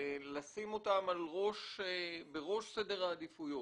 לשים אותם בראש סדר העדיפויות,